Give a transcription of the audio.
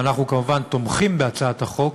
ואנחנו כמובן תומכים בהצעת החוק,